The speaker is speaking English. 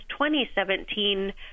2017